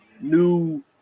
new